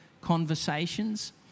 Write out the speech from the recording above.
conversations